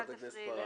אל תפריעי לי.